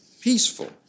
peaceful